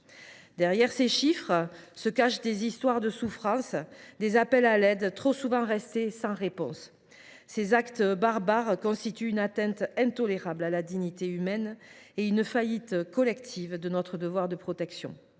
Derrière ces chiffres se cachent des histoires de souffrance, des appels à l’aide trop souvent restés sans réponse. Ces actes barbares constituent une atteinte intolérable à la dignité humaine et traduisent une faillite collective, alors même que nous avons